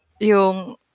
yung